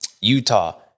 Utah